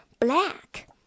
Black